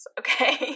okay